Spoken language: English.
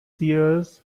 seers